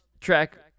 track